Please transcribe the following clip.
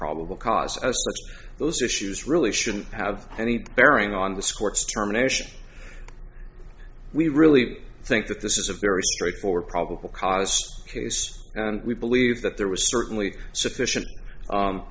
probable cause those issues really shouldn't have any bearing on the score extermination we really think that this is a very straightforward probable cause case and we believe that there was certainly sufficient